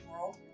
world